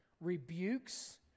rebukes